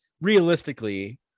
realistically